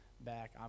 back